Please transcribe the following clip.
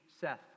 Seth